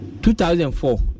2004